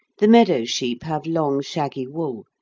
the meadow sheep have long shaggy wool,